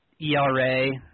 ERA